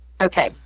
okay